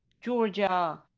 Georgia